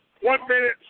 one-minute